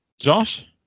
josh